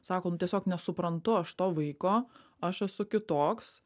sako nu tiesiog nesuprantu aš to vaiko aš esu kitoks